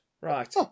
Right